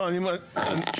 אני רק מזכיר.